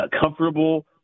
comfortable